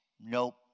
Nope